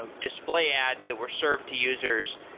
ah display ads that were served to users